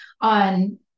on